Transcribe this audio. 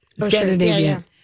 Scandinavian